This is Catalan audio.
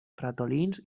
ratolins